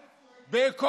בבלפור.